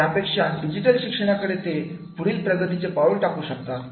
त्यापेक्षा डिजिटल शिक्षणा कडे ते पुढील प्रगतीचे पाऊल टाकू शकतात